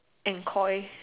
and call it